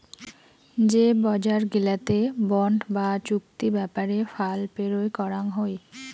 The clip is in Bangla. যে বজার গিলাতে বন্ড বা চুক্তি ব্যাপারে ফাল পেরোয় করাং হই